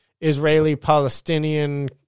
Israeli-Palestinian